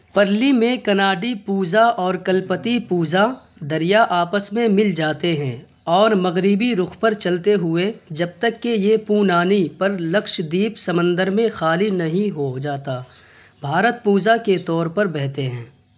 پرلی میں کناڈی پوزا اور کلپتی پوزا دریا آپس میں مل جاتے ہیں اور مغربی رخ پر چلتے ہوئے جب تک کہ یہ پونانی پر لکشدیپ سمندر میں خالی نہیں ہو جاتا بھارت پوزا کے طور پر بہتے ہیں